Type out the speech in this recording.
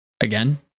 again